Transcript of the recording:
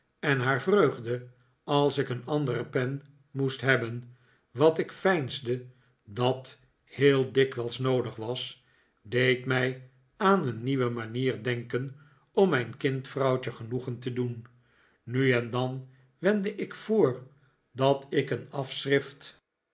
en haar vreugde als ik een andere pen moest hebben wat ik veinsde dat heel dikwijls noodig was deed mij aan een nieuwe manier denken om mijn kindvrouwtje genoegen te doen nil en dan wendde ik voor dat ik een afschrift